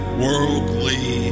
worldly